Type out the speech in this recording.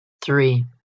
three